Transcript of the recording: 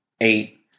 eight